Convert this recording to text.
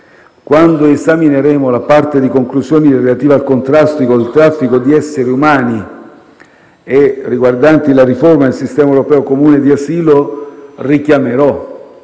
Quando esamineremo la parte di conclusioni relative al contrasto del traffico di esseri umani e riguardanti la riforma del sistema europeo comune di asilo, richiamerò